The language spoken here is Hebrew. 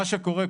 מה שקורה,